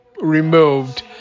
removed